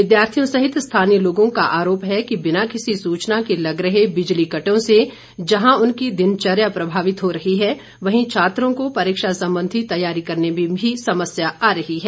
विद्यार्थियों सहित स्थानीय लोगों का आरोप है कि बिना किसी सूचना के लग रहे बिजली कटो से जहां उनकी दिनचर्या प्रभावित हो रही है वहीं छात्रों को परीक्षा संबंधी तैयारी करने में भी समस्या आ रही है